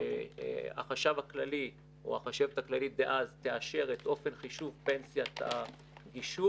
שהחשב הכללי או החשבת הכללית דאז תאשר את אופן חישוב פנסיית הגישור,